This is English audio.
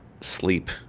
sleep